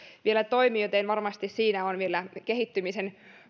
vielä toimi joten varmasti siinä on vielä kehittymisen